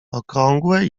okrągłe